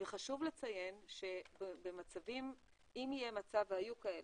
חשוב לציין שאם יהיו מצבים, והיו כאלה,